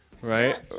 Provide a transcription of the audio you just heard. right